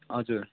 हजुर